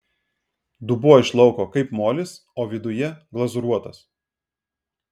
dubuo iš lauko kaip molis o viduje glazūruotas